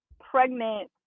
pregnant